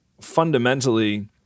fundamentally